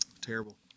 Terrible